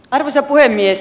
arvoisa puhemies